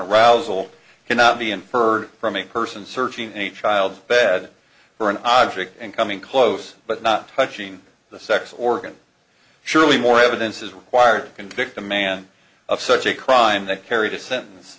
arousal cannot be inferred from a person searching a child's bed for an object and coming close but not touching the sex organ surely more evidence is required to convict a man of such a crime that carries a sentence